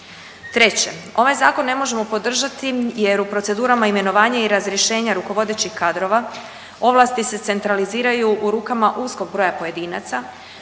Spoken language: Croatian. Treće, ovaj zakon ne možemo podržati jer u procedurama imenovanje i razrješenja rukovodećih kadrova ovlasti se centraliziraju u rukama uskog broja pojedinaca